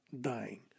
dying